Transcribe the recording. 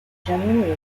generally